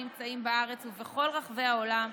הנמצאים בארץ ובכל רחבי העולם,